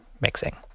mixing